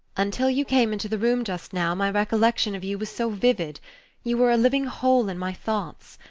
until you came into the room just now my recollection of you was so vivid you were a living whole in my thoughts.